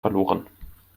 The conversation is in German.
verloren